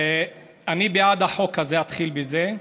אני בעד החוק הזה, אתחיל בזה,